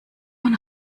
one